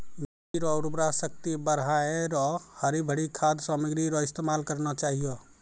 मिट्टी रो उर्वरा शक्ति बढ़ाएं रो हरी भरी खाद सामग्री रो इस्तेमाल करना चाहियो